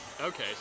Okay